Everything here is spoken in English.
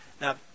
Now